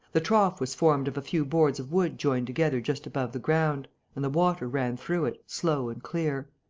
the trough was formed of a few boards of wood joined together just above the ground and the water ran through it, slow and clear.